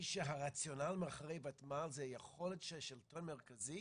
שהרציונל מאחורי הוותמ"ל זה היכולת של השלטון המרכזי